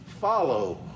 follow